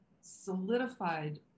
solidified